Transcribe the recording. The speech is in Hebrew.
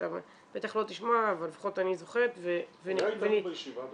אתה בטח לא תשמע אבל לפחות אני זוכרת -- הוא היה איתנו בישיבה בכנסת.